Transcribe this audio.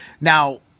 Now